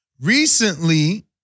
recently